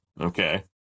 Okay